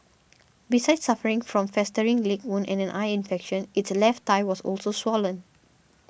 besides suffering from festering leg wound and an eye infection its left thigh was also swollen